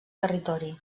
territori